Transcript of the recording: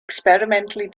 experimentally